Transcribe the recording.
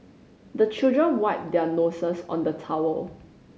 the children wipe their noses on the towel